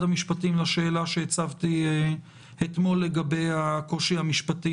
המשפטים לשאלה שהצפתי אתמול לגבי הקושי המשפטי